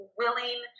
willing